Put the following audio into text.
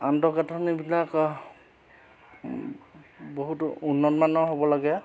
আন্তঃগাঁথনিবিলাক বহুতো উন্নতমানৰ হ'ব লাগে